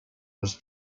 was